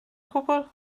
cwbl